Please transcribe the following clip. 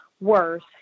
worse